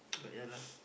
but yeah lah